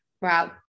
Wow